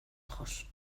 ojos